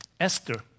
Esther